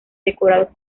decorados